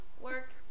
work